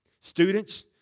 Students